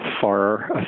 far